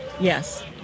Yes